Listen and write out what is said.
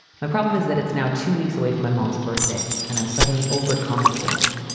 my problem is that it's now two weeks away from my mom's birthday and i'm suddenly overcome with guilt.